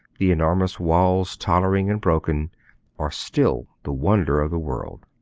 the enormous walls tottering and broken are still the wonder of the world.